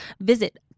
Visit